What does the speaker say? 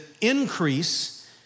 increase